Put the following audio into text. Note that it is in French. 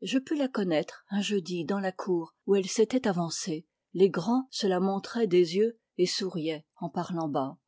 je pus la connaître un jeudi dans la cour où elle s'était avancée les grands se la montraient des yeux et souriaient en parlant bas